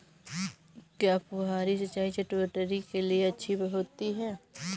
क्या फुहारी सिंचाई चटवटरी के लिए अच्छी होती है?